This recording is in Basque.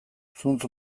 zuntz